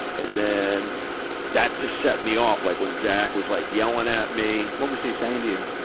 and then that just set me off, like when zach was like yelling at me. what was he saying to you?